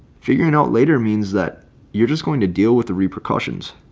figuring out later means that you're just going to deal with the repercussions.